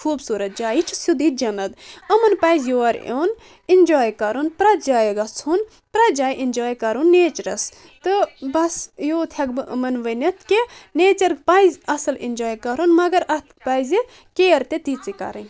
خوبصورت جاے یہِ چھِ سیٚودٕے جنٛت یِمن پزِ یور یُن ایٚنجاے کَرُن پرٮ۪تھ جایہِ گژھُن پرٮ۪تھ جایہِ ایٚنجاے کَرُن نیچرس تہٕ بس یوٗتۍ ہیٚکہ بہٕ یمن ؤنتھ کہِ نیچر پزِ اصٕل ایٚنجاے کَرُن مگر اتھ پزِ کِیر تہِ تیژٕے کرٕنۍ